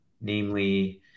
namely